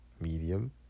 Medium